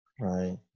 Right